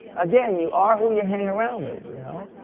again, you are who you hang around with, you know.